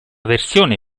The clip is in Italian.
versione